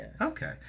Okay